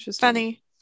Funny